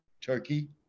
Turkey